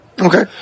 Okay